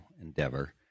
endeavor